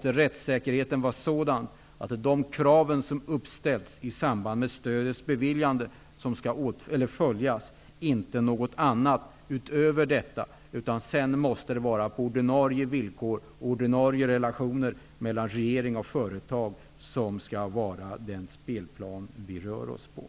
rättssäkerheten kräver också att det är de krav som uppställdes i samband med att stödet beviljades som skall följas och inte någonting utöver detta. I övrigt måste ordinarie villkor och ordinarie relationer mellan regering och företag vara den spelplan som vi rör oss på.